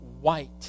white